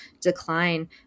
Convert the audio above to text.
decline